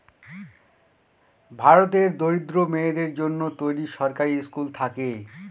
ভারতের দরিদ্র মেয়েদের জন্য তৈরী সরকারি স্কুল থাকে